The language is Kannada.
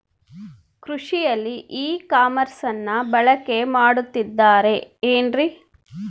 ಕೃಷಿಯಲ್ಲಿ ಇ ಕಾಮರ್ಸನ್ನ ಬಳಕೆ ಮಾಡುತ್ತಿದ್ದಾರೆ ಏನ್ರಿ?